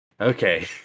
Okay